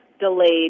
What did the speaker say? delayed